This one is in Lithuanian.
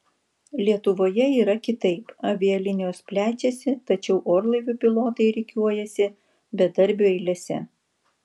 lietuvoje yra kitaip avialinijos plečiasi tačiau orlaivių pilotai rikiuojasi bedarbių eilėse